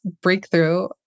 breakthrough